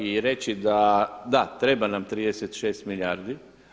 I reći da, da treba nam 36 milijardi.